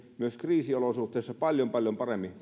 myös kriisiolosuhteissa paljon paljon paremmin